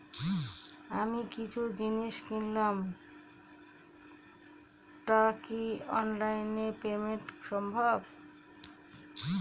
আমি কিছু জিনিস কিনলাম টা কি অনলাইন এ পেমেন্ট সম্বভ?